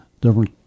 Different